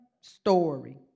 story